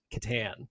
Catan